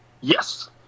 Yes